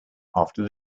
after